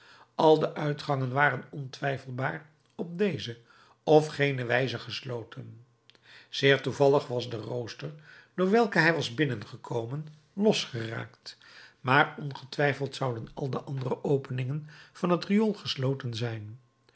al de uitgangen waren ontwijfelbaar op deze of gene wijze gesloten zeer toevallig was de rooster door welken hij was binnengekomen losgeraakt maar ongetwijfeld zouden al de andere openingen van het riool gesloten zijn